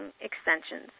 extensions